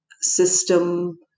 system